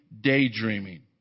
daydreaming